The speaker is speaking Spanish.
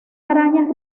arañas